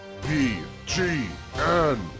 BGN